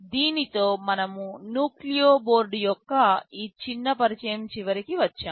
దీనితో మనము Nucleo board యొక్క ఈ చిన్న పరిచయం చివరికి వచ్చాము